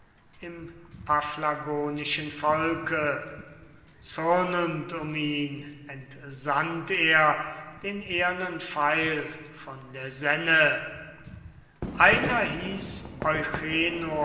im paphlagonischen volke zürnend um ihn entsandt er den ehernen pfeil von der senne einer hieß